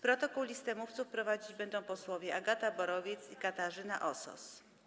Protokół i listę mówców prowadzić będą posłowie Agata Borowiec i Katarzyna Osos.